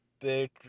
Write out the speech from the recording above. big